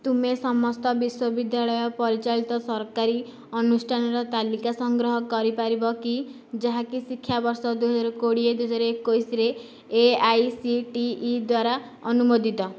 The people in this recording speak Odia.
ତୁମେ ସମସ୍ତ ବିଶ୍ୱବିଦ୍ୟାଳୟ ପରିଚାଳିତ ସରକାରୀ ଅନୁଷ୍ଠାନର ତାଲିକା ସଂଗ୍ରହ କରିପାରିବ କି ଯାହାକି ଶିକ୍ଷାବର୍ଷ ଦୁଇହଜାର କୋଡିଏ ଦୁଇହଜାର ଏକୋଇଶିରେ ଏଆଇସିଟିଇ ଦ୍ୱାରା ଅନୁମୋଦିତ